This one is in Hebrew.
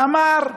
ואמר: